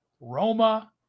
Roma